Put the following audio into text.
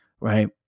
right